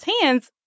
hands